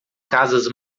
casas